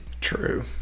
True